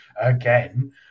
again